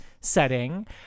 setting